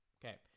okay